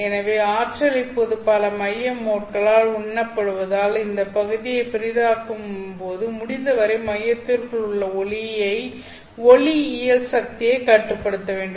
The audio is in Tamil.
எனவே ஆற்றல் இப்போது பல மைய மோட்களால் உண்ணப்படுவதால் அந்த பகுதியை பெரிதாக்கும்போது முடிந்தவரை மையத்திற்குள் உள்ள ஒளியியல் சக்தியைக் கட்டுப்படுத்த வேண்டும்